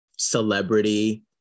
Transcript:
celebrity